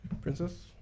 Princess